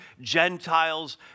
Gentiles